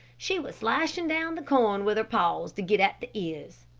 she was slashing down the corn with her paws to get at the ears.